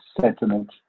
sentiment